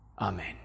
Amen